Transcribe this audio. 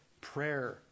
prayer